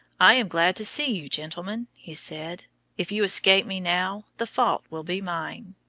i am glad to see you, gentlemen, he said if you escape me now, the fault will be mine.